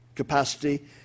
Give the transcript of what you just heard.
capacity